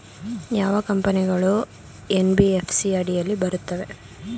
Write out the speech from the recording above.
ಯಾವ ಕಂಪನಿಗಳು ಎನ್.ಬಿ.ಎಫ್.ಸಿ ಅಡಿಯಲ್ಲಿ ಬರುತ್ತವೆ?